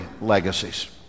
legacies